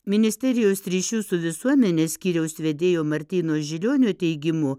ministerijos ryšių su visuomene skyriaus vedėjo martyno žilionio teigimu